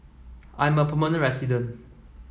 I'm a permanent resident